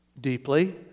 deeply